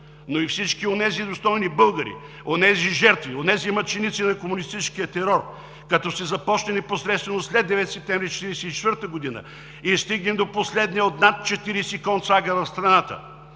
но и на всички онези достойни българи, онези жертви, мъченици на комунистическия терор, като се започне непосредствено от 9 септември 1944 г. и се стигне до последния от над 40-те концлагера в страната!